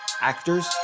actors